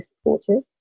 supportive